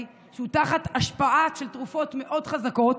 כשהוא תחת השפעה של תרופות מאוד חזקות